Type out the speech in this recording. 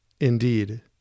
indeed